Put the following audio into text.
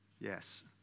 Yes